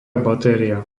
batéria